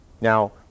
Now